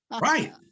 Right